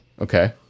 Okay